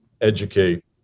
educate